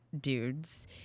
dudes